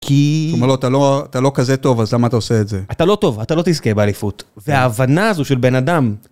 כי... אתה אומר לו, אתה לא כזה טוב, אז למה אתה עושה את זה? אתה לא טוב, אתה לא תזכה באליפות. וההבנה הזו של בן אדם...